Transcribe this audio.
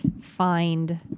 find